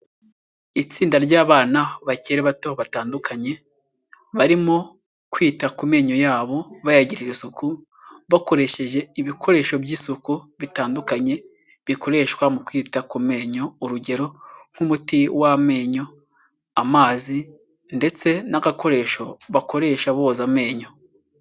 Itsinda ry'abana bakiri bato batandukanye barimo kwita ku menyo yabo bayagirira isuku, bakoresheje ibikoresho by'isuku bitandukanye bikoreshwa mu kwita ku menyo. urugero nk'umuti w'amenyo, amazi ndetse n'agakoresho bakoresha boza amenyo.